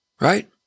right